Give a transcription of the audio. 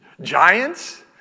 giants